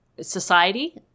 society